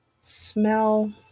smell